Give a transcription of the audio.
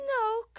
no